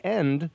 end